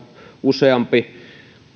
useampi perheenjäsen